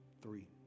three